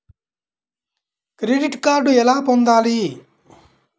Credit card ఎలా పొందాలి?